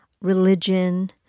religion